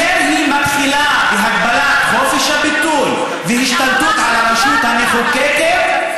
שכאשר היא מתחילה בהגבלת חופש הביטוי והשתלטות על הרשות המחוקקת,